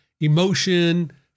emotion